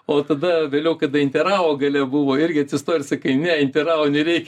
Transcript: o tada vėliau kada interavo galia buvo irgi atsistoji ir sakai ne interavo nereikia